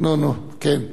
נו, נו, כן.